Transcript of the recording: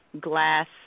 glass